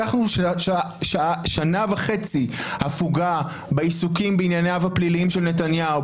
לקחנו שנה וחצי הפוגה מהעיסוקים בענייניו הפליליים של נתניהו,